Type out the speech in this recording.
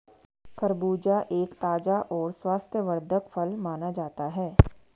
खरबूजा एक ताज़ा और स्वास्थ्यवर्धक फल माना जाता है